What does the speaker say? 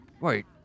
Wait